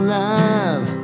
love